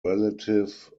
relative